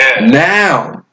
Now